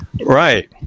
right